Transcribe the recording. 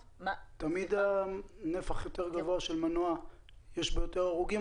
תמיד בנפח יותר גבוה של מנוע יש יותר הרוגים,